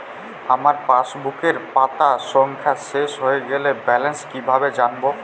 আমার পাসবুকের পাতা সংখ্যা শেষ হয়ে গেলে ব্যালেন্স কীভাবে জানব?